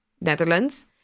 Netherlands